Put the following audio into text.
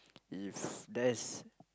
if that's